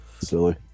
silly